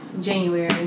January